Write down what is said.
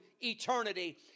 eternity